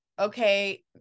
Okay